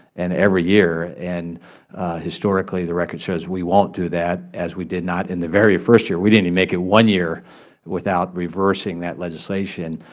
and every year, and historically, the record shows, we won't do that, as we did not in the very first year. we didn't even and make it one year without reversing that legislation.